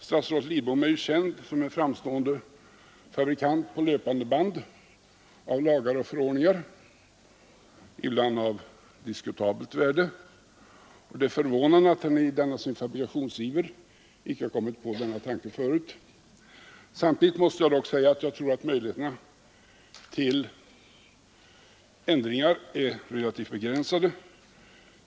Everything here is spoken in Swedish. Statsrådet Lidbom är känd för sin framstående förmåga att på löpande band fabricera lagar och förordningar, ibland av diskutabelt värde. Det är förvånande att han i denna sin fabrikationsiver inte förut kommit på denna tanke. Samtidigt måste jag då säga att jag tror att möjligheterna till ändringar är relativt begränsade.